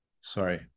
sorry